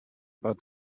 about